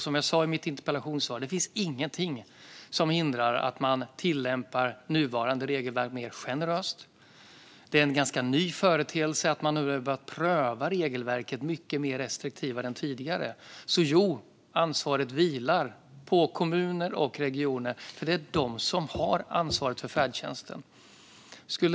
Som jag sa i mitt interpellationssvar finns det ingenting som hindrar att man tillämpar nuvarande regelverk mer generöst. Det är en ganska ny företeelse att man har börjat pröva regelverken mer restriktivt än tidigare. Jo, ansvaret vilar alltså på kommuner och regioner, för det är de som har ansvaret för färdtjänsten.